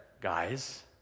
guys